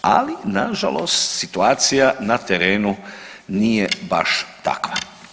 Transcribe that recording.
Ali nažalost situacija na terenu nije baš takva.